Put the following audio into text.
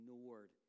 ignored